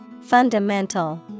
Fundamental